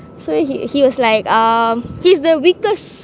so he he was like um he's the weakest